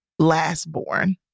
lastborn